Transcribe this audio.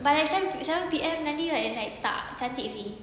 but I send seven P_M nanti like tak cantik seh